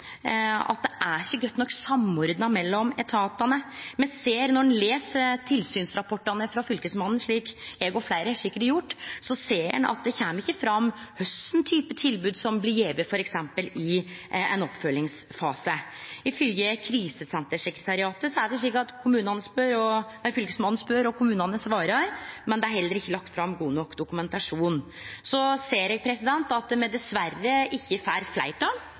og at det ikkje er godt nok samordna mellom etatane. Når ein les tilsynsrapportane frå Fylkesmannen, slik eg og sikkert fleire har gjort, ser ein at det kjem ikkje fram kva for tilbod som blir gjeve f.eks. i ei oppfylgingsfase. Ifylgje Krisesentersekretariatet er det slik at Fylkesmannen spør og kommunane svarar, men det er heller ikkje lagt fram god nok dokumentasjon. Eg ser at me dessverre ikkje får fleirtal